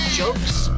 jokes